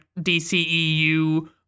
DCEU